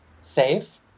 safe